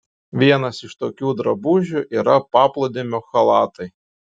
vienas iš tokių drabužių yra paplūdimio chalatai